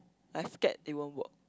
I scared it won't work